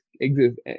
exist